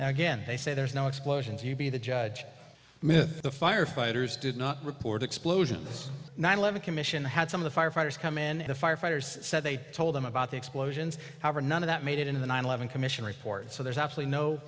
now again they say there's no explosions you be the judge me the firefighters did not report explosion this nine eleven commission had some of the firefighters come in the firefighters said they told them about the explosions however none of that made it in the nine eleven commission report so there's a